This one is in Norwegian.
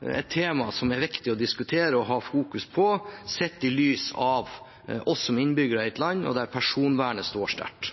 et tema som er viktig å diskutere og fokusere på, sett i lys av oss som innbyggere i et land der personvernet står sterkt.